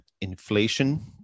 inflation